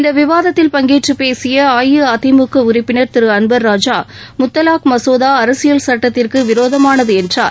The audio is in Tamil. இந்த விவாதத்தில் பங்கேற்று பேசிய அஇஅதிமுக உறுப்பினர் திரு அன்வர் ராஜா முத்தலாக் மசோதா அரசியல் சட்டத்திற்கு விரோதமானது என்றார்